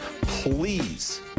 please